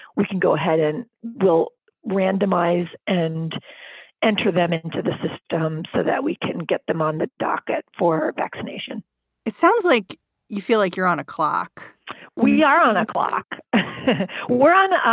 we can go ahead and we'll randomize and enter them into the system so that we can get them on the docket for vaccination it sounds like you feel like you're on a clock we are on a clock we're on on